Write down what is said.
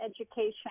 education